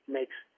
makes